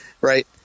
right